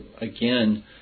again